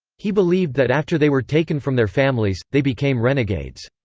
he believed that after they were taken from their families, they became renegades.